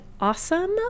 awesome